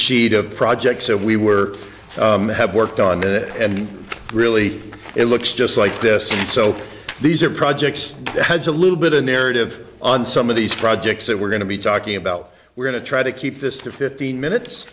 sheet of projects that we were to have worked on and really it looks just like this so these are projects has a little bit of narrative on some of these projects that we're going to be talking about we're going to try to keep this to fifteen minutes